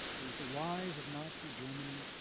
there was the rise of nazi germany.